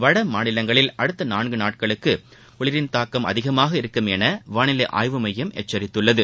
வடமாநிலங்களில் அடுத்த நான்கு நாட்களுக்கு குளிரின் தாக்கம் அதிகமாக இருக்கும் என வானிலை ஆய்வு மையம் எச்சரித்துள்ளது